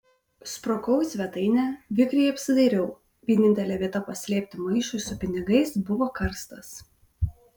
sprukau į svetainę vikriai apsidairiau vienintelė vieta paslėpti maišui su pinigais buvo karstas